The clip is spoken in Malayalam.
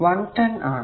അത് 110 Ω